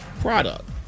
product